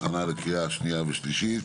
הכנה לקריאה שנייה ולשלישית.